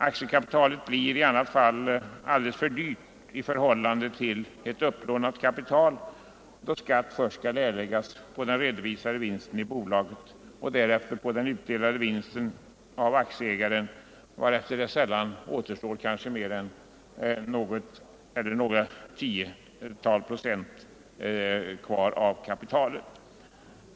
Aktiekapitalet blir i annat fall alldeles för dyrt i förhållande till ett upplånat kapital, då skatt först skall erläggas på den redovisade vinsten i bolaget och därefter på den utdelade vinsten av aktieägaren, varefter det sällan återstår mer än något eller några tiotal procent av kapitalet.